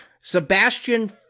Sebastian